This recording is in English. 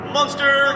Monster